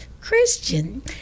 Christian